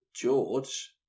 George